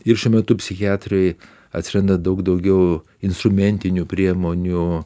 ir šiuo metu psichiatrijoj atsiranda daug daugiau instrumentinių priemonių